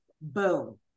Boom